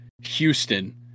Houston